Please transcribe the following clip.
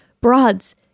Broads